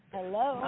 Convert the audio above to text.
Hello